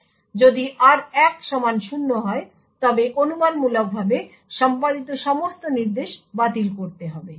ফলস্বরূপ যদি r1 সমান 0 হয় তবে অনুমানমূলকভাবে সম্পাদিত সমস্ত নির্দেশ বাতিল করতে হবে